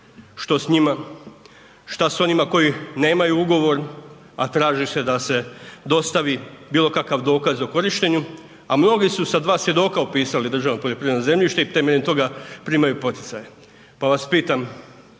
što s njima, šta s onima koji nemaju ugovor, a traži se da se dostavi bilo kakav dokaz o korištenju, a mnogi su sa dva svjedoka upisali državno poljoprivredno zemljište i temeljem toga primaju poticaje, pa vas pitam